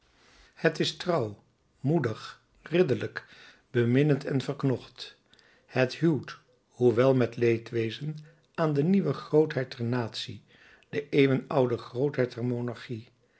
het is trouw moedig ridderlijk beminnend en verknocht het huwt hoewel met leedwezen aan de nieuwe grootheid der natie de eeuwenoude grootheid